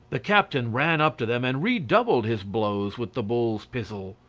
the captain ran up to them and redoubled his blows with the bull's pizzle.